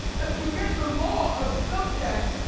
and forget the law of subjects,